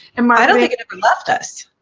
um ah i don't think it ever left us.